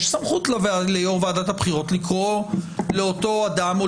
יש סמכות ליושב-ראש ועדת הבחירות לקרוא לאותו אדם או